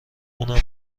اونم